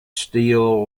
steel